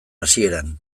hasieran